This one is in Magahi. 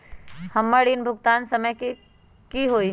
हमर ऋण भुगतान के समय कि होई?